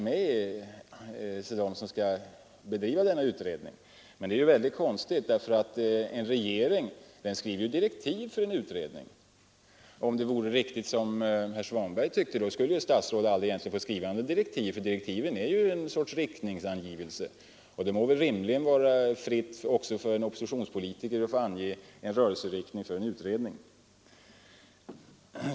Det är en mycket konstig uppfattning som herr Svanberg har Nr 89 därvidlag, för en regering skriver ju direktiv till en utredning, Om herr Måndagen den Svanbergs uppfattning vore riktig, skulle inte en regering få skriva några 27 maj 1974 direktiv eftersom dessa är en sorts riktningsangivelse. Det menar väl inte herr Svanberg? Men då må det väl rimligtvis också stå en oppositionspolitiker fritt att ange rörelseriktning för en utredning.